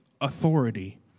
authority